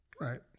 Right